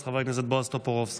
אז חבר הכנסת בועז טופורובסקי.